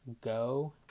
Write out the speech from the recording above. go